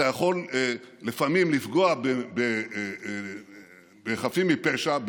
אתה יכול לפעמים לפגוע בחפים מפשע,